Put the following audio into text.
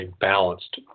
balanced